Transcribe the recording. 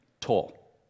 tall